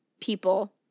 people